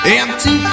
empty